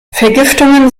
vergiftungen